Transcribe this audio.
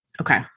Okay